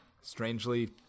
strangely